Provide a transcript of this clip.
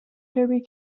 derby